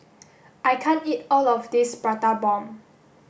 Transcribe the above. I can't eat all of this prata bomb